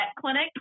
clinic